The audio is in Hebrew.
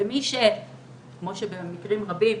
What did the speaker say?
ומי שכמו במקרים רבים,